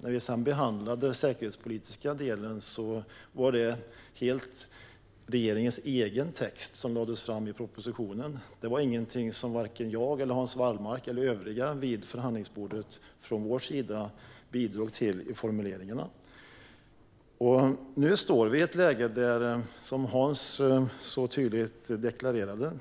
När vi sedan behandlade den säkerhetspolitiska delen var det helt och hållet regeringens egen text som lades fram i propositionen. Det var ingenting som vare sig jag, Hans Wallmark eller övriga vid förhandlingsbordet från vår sida bidrog till i formuleringarna. Nu står vi i ett läge, som Hans så tydligt deklarerade, där